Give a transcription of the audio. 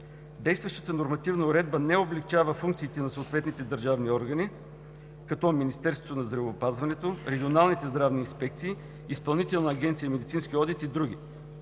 Действащата нормативна уредба не облекчава функциите на съответните държавни органи, като Министерството на здравеопазването, регионалните здравни инспекции, Изпълнителната агенция „Медицински одит“ и други,